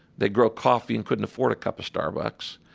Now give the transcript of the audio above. they grow coffee and couldn't afford a cup of starbucks.